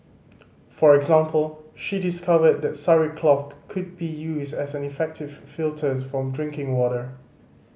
for example she discovered that sari cloth could be used as an effective filter for drinking water